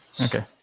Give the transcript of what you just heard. Okay